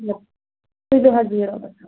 تُلِو حظ بِہو رۄبَس حولہٕ